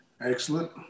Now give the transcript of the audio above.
Excellent